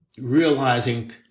Realizing